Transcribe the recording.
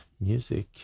music